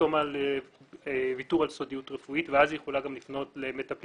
לחתום על ויתור על סודיות רפואית ואז היא יכולה גם לפנות למטפלים